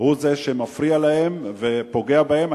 הוא שמפריע להם ופוגע בהם.